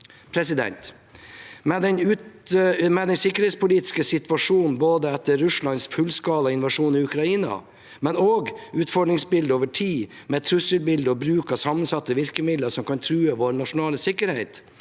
områder. Den sikkerhetspolitiske situasjonen etter Russlands fullskala invasjon i Ukraina, men også utfordringsbildet over tid, med et trusselbilde og bruk av sammensatte virkemidler som kan true vår nasjonale sikkerhet,